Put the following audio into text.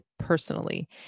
personally